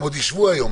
הם עוד יישבו היום.